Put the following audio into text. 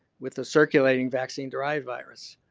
with the circulating vaccine derived virus.